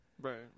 right